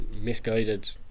misguided